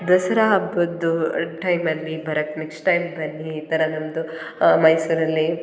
ದಸರಾ ಹಬ್ಬದ್ದು ಟೈಮಲ್ಲಿ ಬರಕ್ಕೆ ನೆಕ್ಸ್ಟ್ ಟೈಮ್ ಬನ್ನಿ ಈ ಥರ ನಮ್ಮದು ಮೈಸೂರಲ್ಲಿ